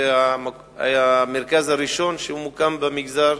זה המרכז הראשון שמוקם במגזר.